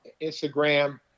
Instagram